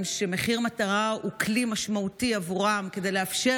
מחיר מטרה הוא כלי משמעותי עבורם לאפשר